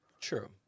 True